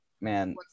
man